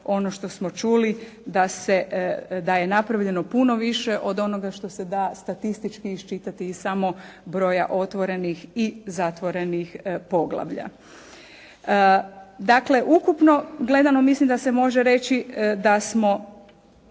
ono što smo čuli da je napravljeno puno više od onoga što se da statistički iščitati iz samo broja otvorenih i zatvorenih poglavlja. Dakle, ukupno gledamo mislim da se može reći da smo